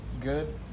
good